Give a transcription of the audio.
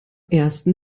ersten